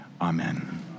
Amen